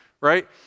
right